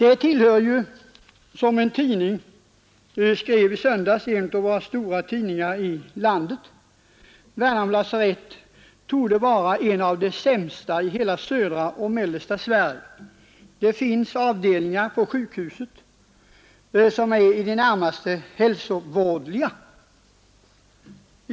En av de största tidningarna i landet skrev i söndags att Värnamo lasarett torde vara ett av de allra sämsta i hela södra och mellersta Sverige — det finns avdelningar på sjukhuset som är i det närmaste hälsovådliga.